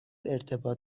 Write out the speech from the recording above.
ارتباط